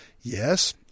Yes